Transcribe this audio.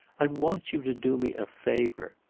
i want you to do me a favour.